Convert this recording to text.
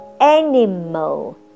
Animal